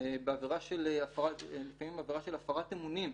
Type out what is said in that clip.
בעבירה של הפרת אמונים,